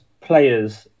Players